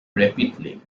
rapidly